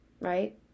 right